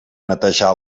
netejar